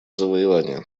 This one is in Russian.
завоевания